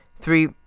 three